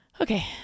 Okay